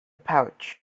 pouch